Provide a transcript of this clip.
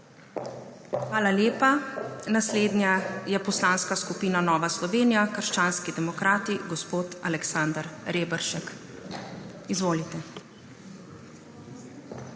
Hvala lepa. Naslednja je Poslanska skupina Nova Slovenija – krščanski demokrati. Gospod Aleksander Reberšek, izvolite.